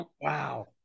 wow